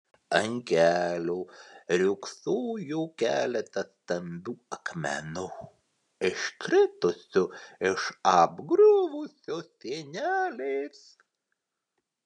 ant kelio riogsojo keletas stambių akmenų iškritusių iš apgriuvusios sienelės